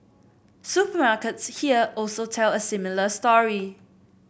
supermarkets here also tell a similar story